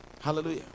Hallelujah